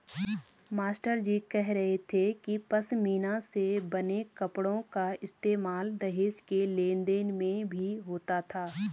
मास्टरजी कह रहे थे कि पशमीना से बने कपड़ों का इस्तेमाल दहेज के लेन देन में भी होता था